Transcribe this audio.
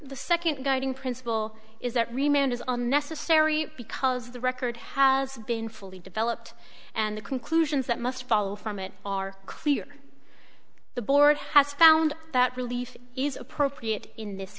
the second guiding principle is that remained is unnecessary because the record has been fully developed and the conclusions that must follow from it are clear the board has found that relief is appropriate in this